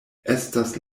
estas